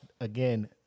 again